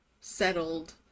settled